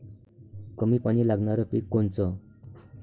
कमी पानी लागनारं पिक कोनचं?